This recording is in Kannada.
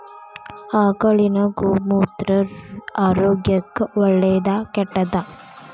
ಆಕಳಿನ ಗೋಮೂತ್ರ ಆರೋಗ್ಯಕ್ಕ ಒಳ್ಳೆದಾ ಕೆಟ್ಟದಾ?